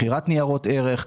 מכירת ניירות ערך,